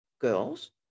girls